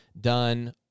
done